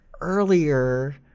earlier